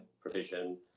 provision